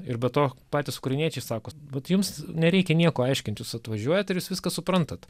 ir be to patys ukrainiečiai sako vat jums nereikia nieko aiškint jūs atvažiuojat ir jūs viską suprantat